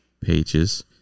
pages